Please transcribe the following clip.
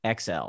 XL